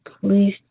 please